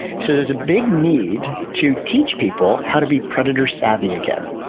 so there's a big need to teach people how to be predator savvy again.